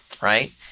right